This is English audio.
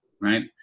right